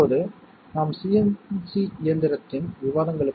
இப்போது நாம் இறுதியில் பெறுவது இதுதானா